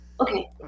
Okay